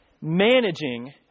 managing